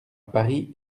paris